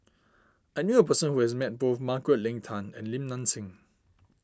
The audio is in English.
I knew a person who has met both Margaret Leng Tan and Lim Nang Seng